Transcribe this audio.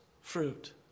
fruit